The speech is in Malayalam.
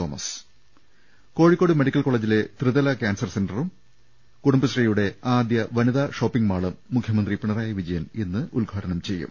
തോമസ് കോഴിക്കോട് മെഡിക്കൽ കോളജിലെ ത്രിതല കാൻസർ സെന്ററും കൂടുംബശ്രീയുടെ ആദ്യ വനിതാ ഷോപ്പിങ്ങ് മാളും മുഖ്യമന്ത്രി പിണറായി വിജയൻ ഇന്ന് ഉദ്ഘാടനം ചെയ്യും